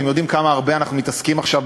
אתם יודעים כמה הרבה אנחנו מתעסקים עכשיו,